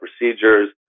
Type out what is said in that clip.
procedures